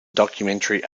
documentary